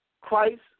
Christ